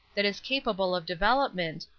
that is capable of development,